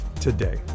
today